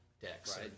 decks